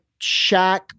Shaq